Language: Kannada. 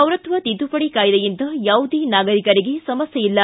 ಪೌರತ್ವ ತಿದ್ದಪಡಿ ಕಾಯ್ದೆಯಿಂದ ಯಾವುದೇ ನಾಗರಿಕರಿಗೆ ಸಮಸ್ಕೆ ಇಲ್ಲ